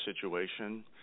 situation